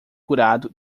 curado